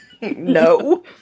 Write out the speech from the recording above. no